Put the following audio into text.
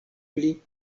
pli